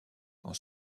quand